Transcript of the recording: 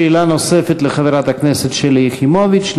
שאלה נוספת לחברת הכנסת שלי יחימוביץ.